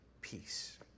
peace